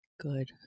Good